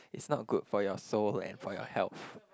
it's not good for your soul and for your health